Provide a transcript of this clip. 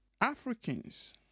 Africans